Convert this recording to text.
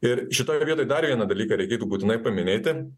ir šitoj vietoj dar vieną dalyką reikėtų būtinai paminėti